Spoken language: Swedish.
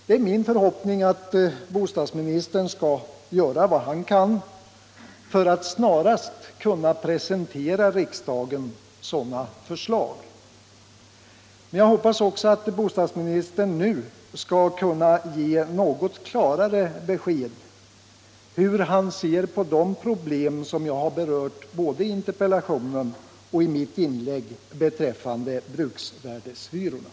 Det är min förhoppning att bostadsministern skall göra vad han kan för att snarast presentera riksdagen sådana förslag. Jag hoppas också att bostadsministern nu skall kunna ge något klarare besked om hur han ser på de problem jag berört, både i interpellationen och i mitt inlägg, beträffande bruksvärdeshyrorna.